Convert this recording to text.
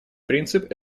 принцип